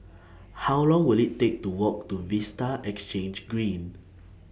How Long Will IT Take to Walk to Vista Exhange Green